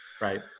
Right